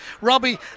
Robbie